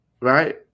right